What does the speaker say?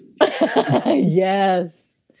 Yes